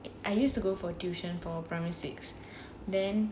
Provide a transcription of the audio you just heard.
I used to go for tuition for primary six then